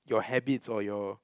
your habits or your